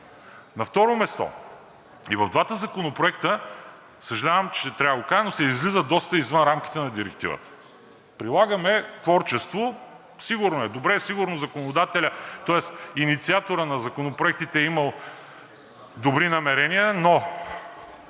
На второ място, и в двата законопроекта, съжалявам, че трябва да го кажа, но се излиза доста извън рамките на Директивата. Прилагаме творчество, сигурно е добре, сигурно законодателят, тоест инициаторът на законопроектите, е имал добри намерения, но